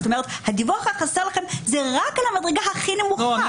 זאת אומרת הדיווח החסר לכם זה רק על המדרגה הכי נמוכה.